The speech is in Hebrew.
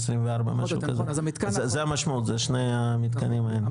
2024 משהו כזה, זה המשמעות זה שני המתקנים האלה?